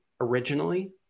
originally